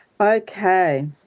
Okay